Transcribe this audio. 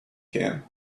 can